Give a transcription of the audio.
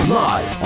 live